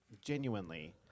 genuinely